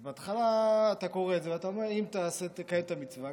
אז בהתחלה אתה קורא את זה ואתה אומר: אם תקיים את המצווה,